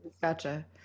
Gotcha